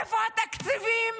איפה התקציבים?